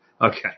Okay